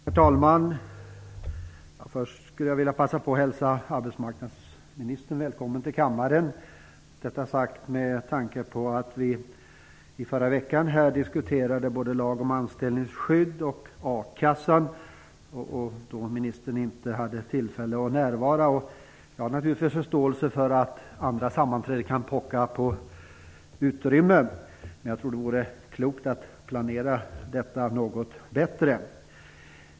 Herr talman! Först vill jag passa på att hälsa arbetsmarknadsministern välkommen till kammaren. Detta säger jag med tanke på att vi i förra veckan här diskuterade både lagen om anställningsskydd och akassan och ministern då inte hade tillfälle att närvara. Jag har naturligtvis förståelse för att andra sammanträden kan pocka på utrymme, men jag tror att det vore klokt att planera bättre.